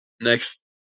next